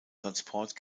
transport